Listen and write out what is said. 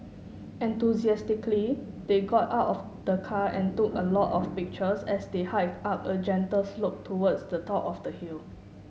enthusiastically they got out of the car and took a lot of pictures as they hiked up a gentle slope towards the top of the hill